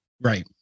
Right